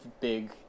big